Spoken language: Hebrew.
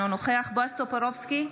אינו נוכח בועז טופורובסקי,